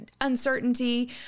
uncertainty